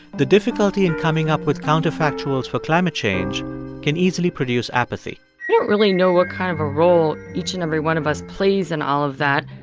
the difficulty in coming up with counterfactuals for climate change can easily produce apathy we don't really know what kind of a role each and every one of us plays in all of that.